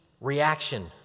reaction